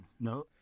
No